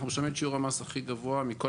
אנחנו משלמים את שיעור המס הכי גבוה מכל